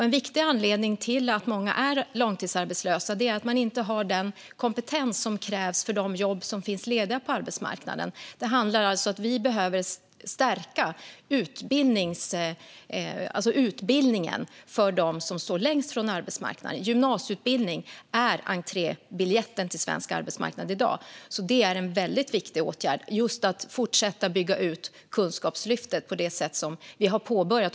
En viktig anledning till att många är långtidsarbetslösa är att de inte har den kompetens som krävs för de jobb som finns lediga på arbetsmarknaden. Det handlar alltså om att vi behöver stärka utbildningen för dem som står längst från arbetsmarknaden. Gymnasieutbildning är entrébiljetten till svensk arbetsmarknad i dag. Det är en väldigt viktig åtgärd: att fortsätta bygga ut Kunskapslyftet på det sätt som vi har påbörjat.